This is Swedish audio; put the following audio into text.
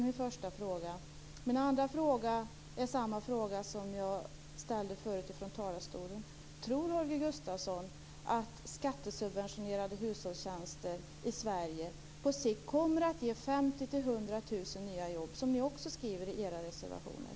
Vidare vill jag upprepa den fråga som jag förut ställde från talarstolen: Tror Holger Gustafsson att skattesubventionerade hushållstjänster i Sverige på sikt kommer att ge 50 000-100 000 nya jobb, som ni ju skriver i era reservationer?